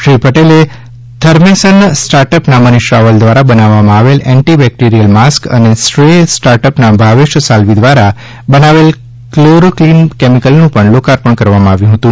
શ્રી પટેલે થર્મેસન સ્ટાર્ટઅપના મનિષ રાવલ દ્વારા બનાવવમાં આવેલ એન્ટી બેક્ટેરીયલ માસ્ક અને શ્રેય સ્ટાર્ટઅપના ભાવેશ સાલ્વી દ્વારા બનાવેલ ક્લોરો કિલ કેમીકલનું પણ લોકાર્પણ કરવામાં આવ્યું હતું